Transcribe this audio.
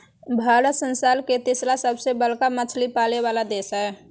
भारत संसार के तिसरा सबसे बडका मछली पाले वाला देश हइ